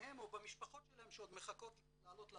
בהם או במשפחות שלהם שעוד מחכות לעלות לארץ.